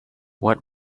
what